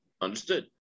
understood